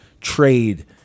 trade